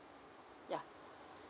yeah